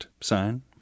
sign